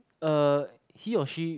uh he or she